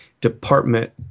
department